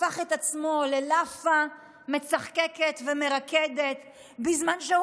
הפך את עצמו ללאפה מצחקקת ומרקדת בזמן שהוא